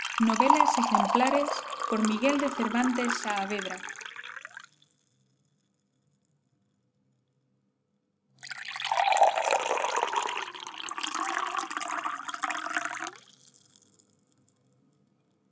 novelas ejemplares de miguel de cervantes